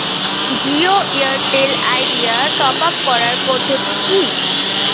Jio Airtel Idea top up করার পদ্ধতি কি?